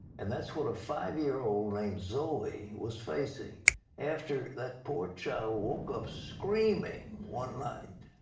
and that's what a five year old named zoe was facing after that poor child woke up screaming one night.